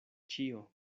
ĉio